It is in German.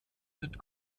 wird